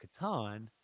Catan